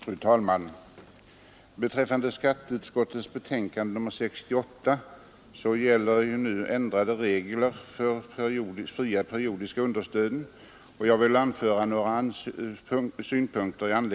Fru talman! Beträffande skatteutskottets betänkande nr 68, som gäller ändrade regler för frivilligt periodiskt understöd, vill jag anföra några synpunkter.